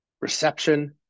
reception